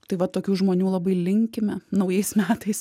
tai va tokių žmonių labai linkime naujais metais